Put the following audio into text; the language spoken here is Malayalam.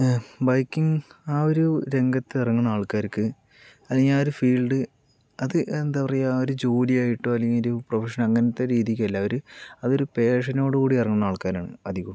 ബൈക്കിംഗ് ആ ഒരു രംഗത്ത് ഇറങ്ങുന്ന ആൾക്കാർക്ക് അല്ലെങ്കിൽ ആ ഒരു ഫീൽഡ് അത് എന്താ പറയുക ആ ഒരു ജോലി ആയിട്ടോ അല്ലെങ്കിൽ ഒരു പ്രൊഫഷൻ അങ്ങനത്തെ രീതിക്കല്ല അവർ അതൊരു പേഷനോട് കൂടി ഇറങ്ങുന്ന ആൾക്കാരാണ് അധികവും